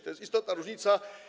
To jest istotna różnica.